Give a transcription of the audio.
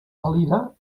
valira